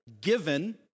given